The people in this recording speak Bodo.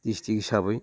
डिस्ट्रिक्ट हिसाबै